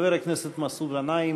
חבר הכנסת מסעוד גנאים,